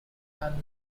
are